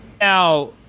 now